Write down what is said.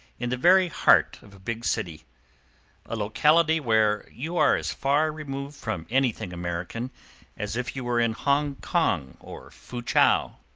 in the very heart of a big city a locality where you are as far removed from anything american as if you were in hongkong or foochow.